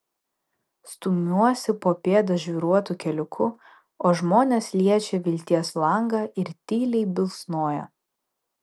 stumiuosi po pėdą žvyruotu keliuku o žmonės liečia vilties langą ir tyliai bilsnoja